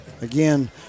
Again